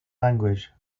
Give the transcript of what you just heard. language